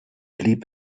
blieb